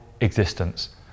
existence